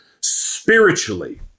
spiritually